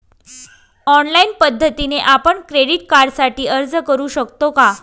Online पद्धतीने आपण credit कार्डसाठी अर्ज करु शकतो का?